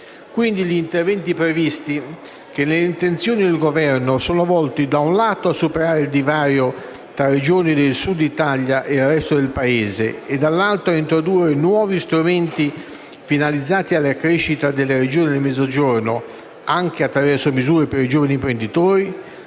Dunque gli interventi previsti, che nelle intenzioni del Governo sono volti, da un lato, a superare il divario tra le Regioni del Sud d'Italia e il resto del Paese e, dall'altro, ad introdurre nuovi strumenti finalizzati alla crescita delle Regioni del Mezzogiorno, anche attraverso misure per i giovani imprenditori,